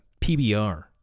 PBR